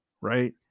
Right